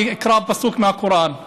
אני אקרא פסוק מהקוראן: